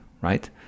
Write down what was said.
right